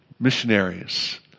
Missionaries